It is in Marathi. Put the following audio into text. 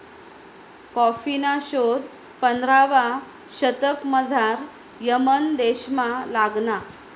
कॉफीना शोध पंधरावा शतकमझाऱ यमन देशमा लागना